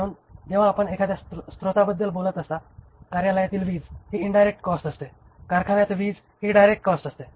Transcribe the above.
म्हणून जेव्हा आपण एखाद्या स्त्रोताबद्दल बोलत असता कार्यालयातील वीज ही इन्डायरेक्ट कॉस्ट असते कारखान्यात वीज ही डायरेक्ट कॉस्ट असते